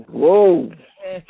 whoa